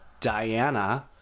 Diana